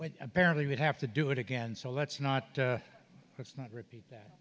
when apparently would have to do it again so let's not let's not repeat that